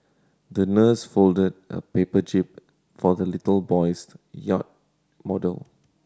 the nurse folded a paper jib for the little boy's yacht model